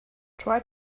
try